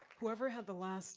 whoever had the last